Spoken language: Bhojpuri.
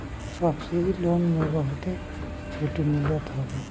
सब्सिडी लोन में बहुते छुट मिलत हवे